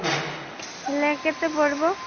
ହେଲେ କେତେ ପଡ଼ବ